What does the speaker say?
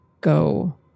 go